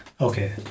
Okay